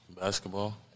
Basketball